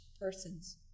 person's